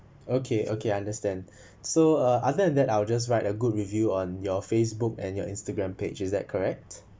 okay okay I understand so uh other than that I'll just write a good review on your facebook and your instagram page is that correct